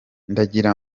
ndagira